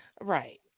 Right